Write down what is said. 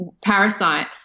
Parasite